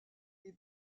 des